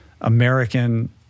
American